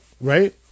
Right